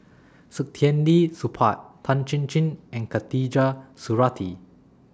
Saktiandi Supaat Tan Chin Chin and Khatijah Surattee